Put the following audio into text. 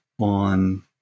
on